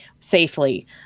Safely